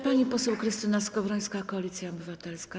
Pani poseł Krystyna Skowrońska, Koalicja Obywatelska.